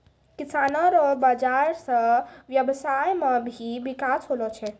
किसानो रो बाजार से व्यबसाय मे भी बिकास होलो छै